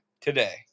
today